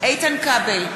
איתן כבל,